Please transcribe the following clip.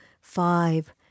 five